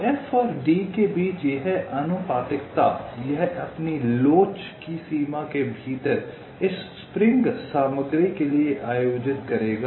तो F और d के बीच यह आनुपातिकता यह अपनी लोच की सीमा के भीतर इस स्प्रिंग सामग्री के लिए आयोजित करेगा